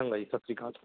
ਚੰਗਾ ਜੀ ਸਤਿ ਸ਼੍ਰੀ ਅਕਾਲ